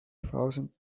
thousand